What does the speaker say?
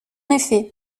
effet